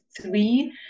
three